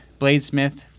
bladesmith